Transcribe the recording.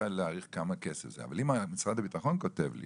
להעריך כמה כסף זה - אבל אם משרד הביטחון כותב לי